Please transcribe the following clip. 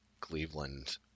Cleveland